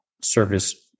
service